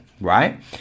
right